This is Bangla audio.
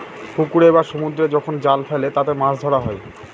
পুকুরে বা সমুদ্রে যখন জাল ফেলে তাতে মাছ ধরা হয়